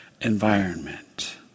environment